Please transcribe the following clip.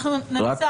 אנחנו ננסח